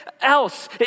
else